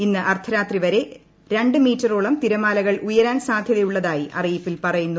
ഇന്ന് അർദ്ധരാത്രി വരെ രണ്ടു മീറ്ററോളം തിരമാലകൾ ഉയരാൻ സാധൃതയുള്ളതായി അറിയിപ്പിൽ പറയുന്നു